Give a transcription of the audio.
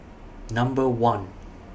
Number one